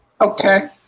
Okay